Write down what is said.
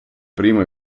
primo